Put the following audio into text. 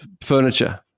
furniture